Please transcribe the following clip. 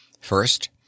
First